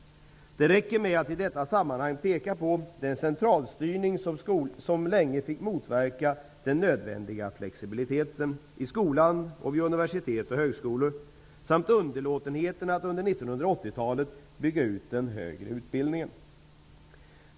Det räcker med att i detta sammanhang peka på den centralstyrning som länge fick motverka den nödvändiga flexibiliteten i skolan och vid universitet och högskolor, samt underlåtenheten att under 1980-talet bygga ut den högre utbildningen.